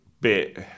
bit